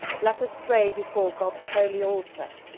let us pray before god's holy altar,